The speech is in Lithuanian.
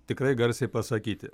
tikrai garsiai pasakyti